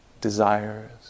desires